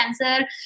cancer